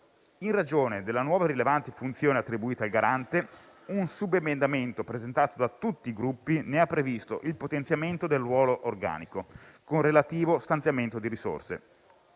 In ragione delle nuove rilevanti funzioni attribuite al Garante, un subemendamento presentato da tutti i Gruppi ne ha previsto il potenziamento del ruolo organico, con relativo stanziamento di risorse;